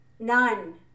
None